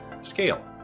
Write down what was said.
scale